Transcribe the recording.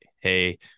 hey